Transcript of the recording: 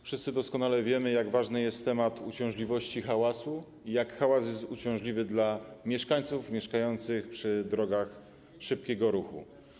Wszyscy doskonale wiemy, jak ważny jest temat uciążliwości hałasu i jak hałas jest uciążliwy dla mieszkańców mieszkających przy drogach szybkiego ruchu.